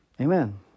Amen